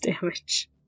damage